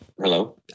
Hello